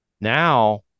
now